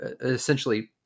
essentially